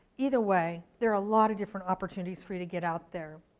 either way, there are a lot of different opportunities for you to get out there.